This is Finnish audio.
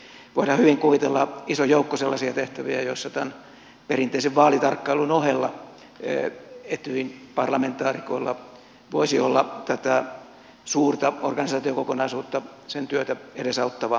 voidaan hyvin kuvitella iso joukko sellaisia tehtäviä joissa tämän perinteisen vaalitarkkailun ohella etyjin parlamentaarikoilla voisi olla tätä suurta organisaatiokokonaisuutta sen työtä edesauttava merkitys